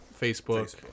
Facebook